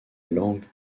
langue